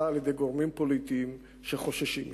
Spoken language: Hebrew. על-ידי גורמים פוליטיים שחוששים ממני.